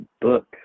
book